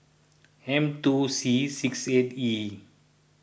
M two C six eight E